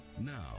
now